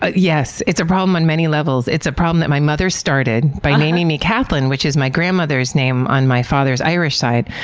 ah yes, it's a problem on many levels. it's a problem that my mother started by naming me kathlyn, which is my grandmother's name on my father's irish side.